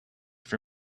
for